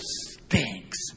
stinks